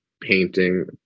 painting